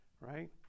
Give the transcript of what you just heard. right